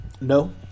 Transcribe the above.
No